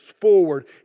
forward